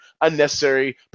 unnecessary